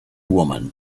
woman